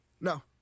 No